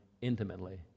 intimately